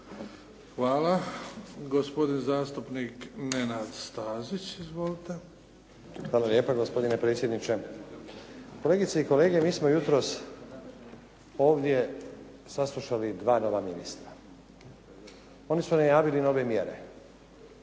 **Stazić, Nenad (SDP)** Hvala lijepa gospodine predsjedniče. Kolegice i kolege, mi smo jutros ovdje saslušali dva nova ministra. Oni su najavili nove mjere